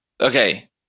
Okay